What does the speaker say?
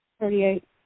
Thirty-eight